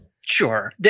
Sure